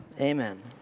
Amen